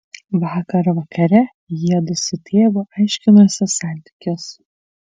vakar vakare jiedu su tėvu aiškinosi santykius